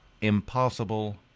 Impossible